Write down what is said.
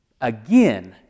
Again